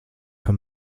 for